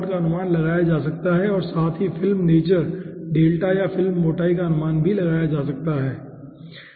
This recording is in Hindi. का अनुमान लगाया जा सकता है और साथ ही फिल्म नेचर डेल्टा या फिल्म मोटाई नेचर का भी अनुमान लगाया जा सकता है ठीक है